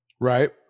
right